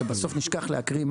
שבסוף נשכח להקריא משהו.